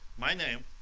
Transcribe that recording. my name,